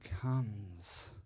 comes